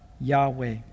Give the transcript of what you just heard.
Yahweh